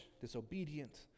disobedient